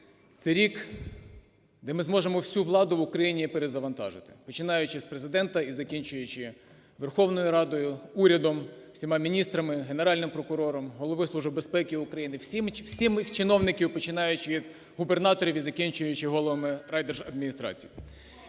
це рік, де ми зможемо всю владу в Україні перезавантажити, починаючи з Президента і закінчуючи Верховною Радою, урядом, всіма міністрами, Генеральним прокурором, Головою Служби безпеки України, всіх чиновників, починаючи від губернаторів і закінчуючи головами райдержадміністрацій.